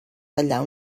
tallar